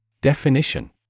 Definition